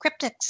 cryptics